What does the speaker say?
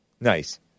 Nice